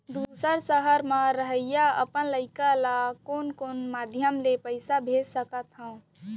दूसर सहर म रहइया अपन लइका ला कोन कोन माधयम ले पइसा भेज सकत हव?